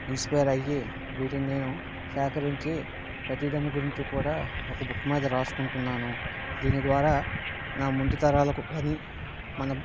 inspire అయ్యి వీటిని నేను సేకరించి ప్రతి దానికి గురించి కూడా ఒక బుక్ మీద రాసుకుంటున్నాను దీని ద్వారా నా ముందు తరాలకు కానీ మనం